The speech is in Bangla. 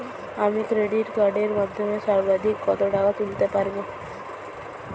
আমি ক্রেডিট কার্ডের মাধ্যমে সর্বাধিক কত টাকা তুলতে পারব?